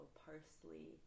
parsley